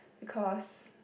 because